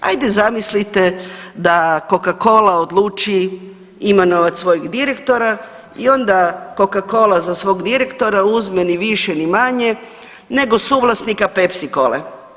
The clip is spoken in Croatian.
Hajde zamislite da Coca cola odluči imenovati svojeg direktora i onda Coca cola za svog direktora uzme ni više ni manje nego suvlasnika Pepsi cole.